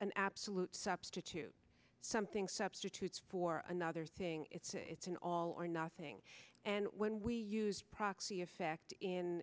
an absolute substitute something substitutes for another thing it's a it's an all or nothing and when we use proxy effect in